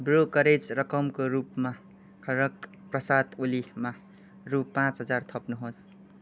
brokerage रकमको रूपमा खड्ग प्रसाद ओलीमा रु पाँच हजार थप्नुहोस्